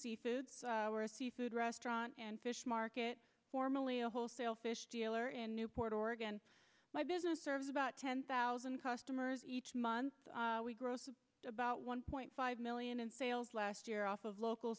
seafood seafood restaurant and fish market formally a wholesale fish dealer in newport oregon my business serves about ten thousand customers each month we gross about one point five million in sales last year off of local